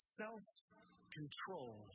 self-control